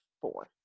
four